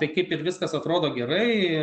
tai kaip ir viskas atrodo gerai